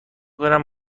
کنم